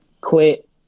quit